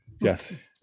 Yes